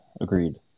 agreed